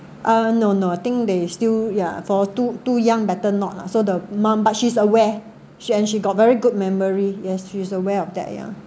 uh no no I think they still ya for too too young better not lah so the mum but she's aware she and she got very good memory yes she is aware of that ya